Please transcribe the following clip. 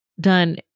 done